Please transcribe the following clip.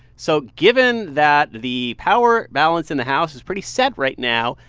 so given that the power balance in the house is pretty set right now,